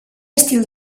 estil